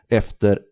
efter